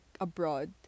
abroad